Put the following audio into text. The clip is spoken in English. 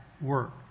work